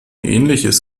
ähnliches